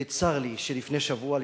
וצר לי שלפני שבוע,